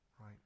right